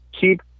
keep